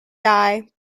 die